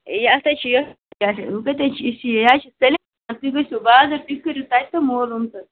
یے اتھے چھُ پیٹھ تُہۍ گژھیو بازر تُہۍ کٔریو تتہِ تہِ معلوٗم تہٕ